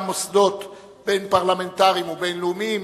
מוסדות בין-פרלמנטריים ובין-לאומיים,